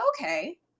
okay